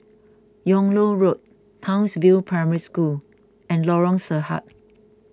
Yung Loh Road Townsville Primary School and Lorong Sarhad